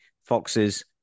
foxes